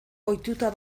ohituta